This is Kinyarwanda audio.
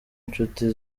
inshuti